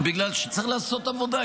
בגלל שצריך לעשות עבודה.